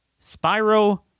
Spyro